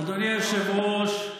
אדוני היושב-ראש,